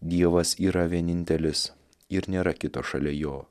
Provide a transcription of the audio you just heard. dievas yra vienintelis ir nėra kito šalia jo